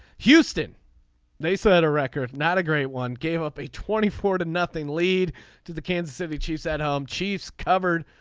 houston they set a record not a great one gave up a twenty four to nothing lead to the kansas city chiefs at home. chiefs covered.